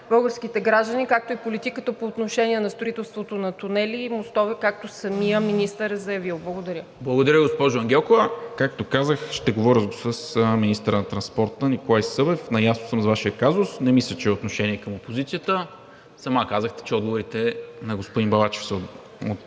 българските граждани, както и политиката по отношение на строителството на тунели и мостове, както самият министър е заявил. Благодаря. ПРЕДСЕДАТЕЛ НИКОЛА МИНЧЕВ: Благодаря, госпожо Ангелкова – както казах, ще говоря с министъра на транспорта Николай Събев. Наясно съм с Вашия казус. Не мисля, че е отношение към опозицията. Сама казахте, че на въпросите на господин Балачев е